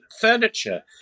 furniture